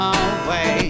away